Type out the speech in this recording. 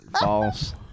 false